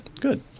good